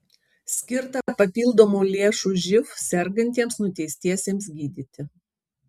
skirta papildomų lėšų živ sergantiems nuteistiesiems gydyti